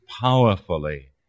powerfully